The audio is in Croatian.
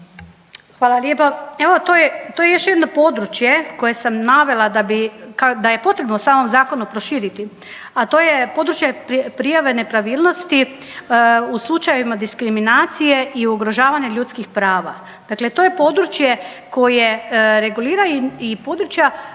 Hvala lijepa. Evo to je još jedno područje koje sam navela da je potrebno u samom zakonu proširiti, a to je područje prijave nepravilnosti u slučajevima diskriminacije i ugrožavanja ljudskih prava. Dakle, to je područje koje regulira i područja